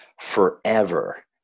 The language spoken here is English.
forever